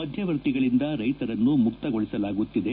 ಮಧ್ಯವರ್ತಿಗಳಿಂದ ರೈತರನ್ನು ಮುಕ್ತಗೊಳಸಲಾಗುತ್ತಿದೆ